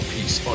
Peace